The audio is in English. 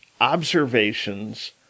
observations